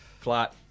Flat